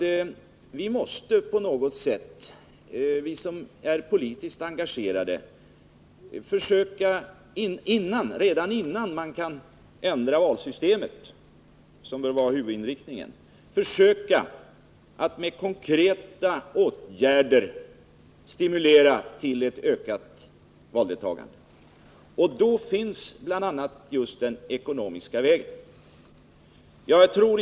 Jag tror att vi som är politiskt engagerade redan innan valsystemet ändras, vilket bör vara huvudinriktningen, på något sätt måste försöka att med konkreta åtgärder stimulera till ett ökat valdeltagande. Ett sätt att åstadkomma detta är att ställa ekonomiska resurser till förfogande.